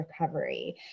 recovery